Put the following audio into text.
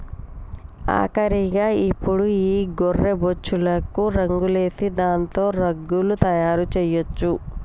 ఆఖరిగా ఇప్పుడు ఈ గొర్రె బొచ్చులకు రంగులేసి దాంతో రగ్గులు తయారు చేయొచ్చు